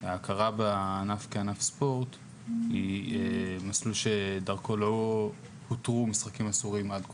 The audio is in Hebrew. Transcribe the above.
ההכרה בענף כענף ספורט היא מסלול שדרכו לא הותרו משחקים אסורים עד כה.